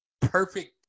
Perfect